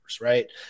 Right